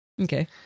Okay